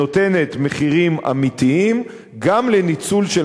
שנותנת מחירים אמיתיים גם לניצול של